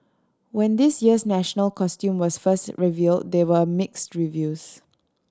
when this year's national costume was first revealed there were mixed reviews